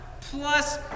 Plus